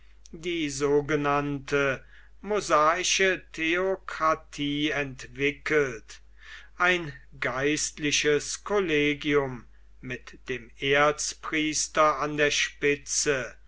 die sogenannte mosaische theokratie entwickelt ein geistliches kollegium mit dem erzpriester an der spitze